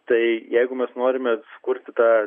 tai jeigu mes norime sukurti tą